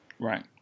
Right